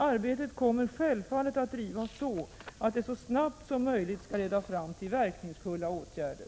Arbetet kommer självfallet att drivas så att det så snabbt som möjligt skall leda fram till verkningsfulla åtgärder.